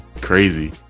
crazy